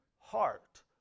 heart